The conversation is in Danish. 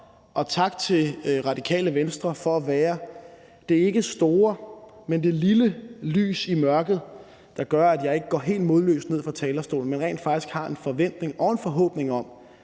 og tak til Radikale Venstre for at være det – ikke store, men lille – lys i mørket, der gør, at jeg ikke går helt modløs ned fra talerstolen, men rent faktisk har en forventning og forhåbning om,